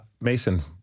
Mason